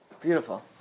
Beautiful